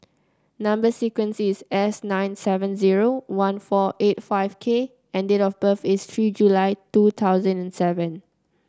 number sequence is S nine seven zero one four eight five K and date of birth is three July two thousand seven